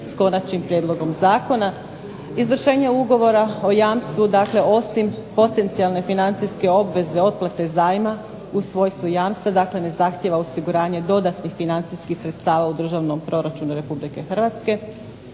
s konačnim prijedlogom zakona. Izvršenje ugovora o jamstvu dakle osim potencijalne financijske obveze otplate zajma u svojstvu jamstva dakle ne zahtjeva osiguranje dodatnih financijskih sredstava u državnom proračunu Republike Hrvatske.